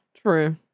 True